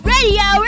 Radio